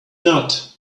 not